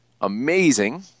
amazing